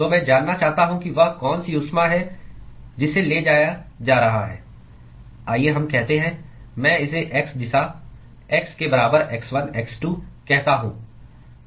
तो मैं जानना चाहता हूं कि वह कौन सी ऊष्मा है जिसे ले जाया जा रहा है आइए हम कहते हैं मैं इसे x दिशा x के बराबर x1 x2 कहता हूं